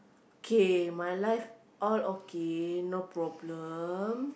K my life all okay no problem